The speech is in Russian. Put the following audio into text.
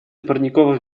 парниковых